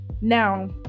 now